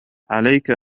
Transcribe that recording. عليك